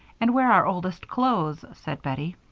and wear our oldest clothes, said bettie.